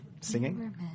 singing